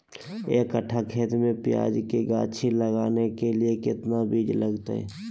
एक कट्ठा खेत में प्याज के गाछी लगाना के लिए कितना बिज लगतय?